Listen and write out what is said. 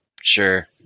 sure